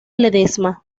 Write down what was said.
ledesma